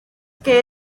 que